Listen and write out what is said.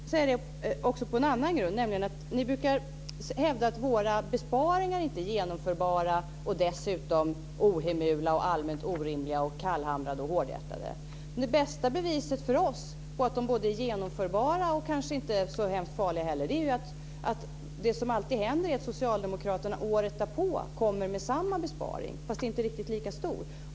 Ni brukar hävda att våra besparingar inte är genomförbara och dessutom ohemula och allmänt orimliga, kallhamrade och hårdhjärtade. Det bästa beviset för oss på att de är både genomförbara och kanske inte heller så hemskt farliga är ju det som alltid händer, nämligen att socialdemokraterna året därpå kommer med samma besparing men inte riktigt lika stor.